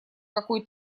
какой